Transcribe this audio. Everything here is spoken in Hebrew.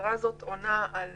שההגדרה הזאת עונה על